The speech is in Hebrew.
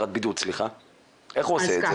איך הוא עושה את זה?